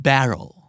Barrel